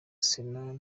sena